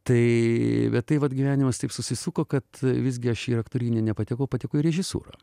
tai bet tai vat gyvenimas taip susisuko kad visgi aš į aktorinį nepatekau patekau į režisūrą